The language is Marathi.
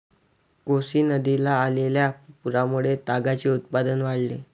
कोसी नदीला आलेल्या पुरामुळे तागाचे उत्पादन वाढले